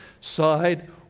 side